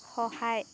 সহায়